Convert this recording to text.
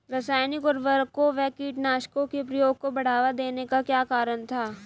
रासायनिक उर्वरकों व कीटनाशकों के प्रयोग को बढ़ावा देने का क्या कारण था?